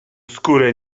skórę